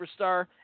superstar